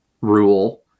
rule